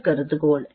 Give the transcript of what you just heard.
எனவே அது கருதுகோள்